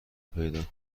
پیدا